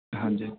ਹਾਂਜੀ